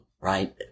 right